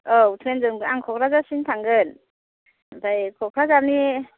औ ट्रैनजों आं क'क्राझारसिम थांगोन ओमफ्राय क'क्राझारनि